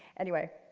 anyway,